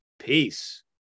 peace